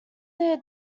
their